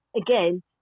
again